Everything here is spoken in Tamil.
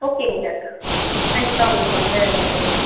ஓகேங்க சார் கண்டிப்பாக உங்களுக்கு வந்து வந்துரும் மேம்